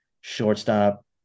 shortstop